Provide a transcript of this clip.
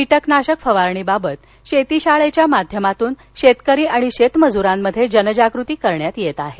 कीटकनाशक फवारणीबाबत शेतीशाळेच्या माध्यमातून शेतकरी आणि शेतमजुरांमध्ये जनजागृती करण्यात येत आहे